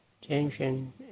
tension